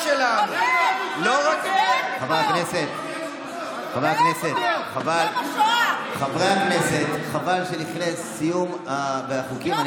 חבר הכנסת רביבו, חבר הכנסת מלביצקי, אני